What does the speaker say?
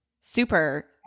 super